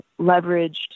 leveraged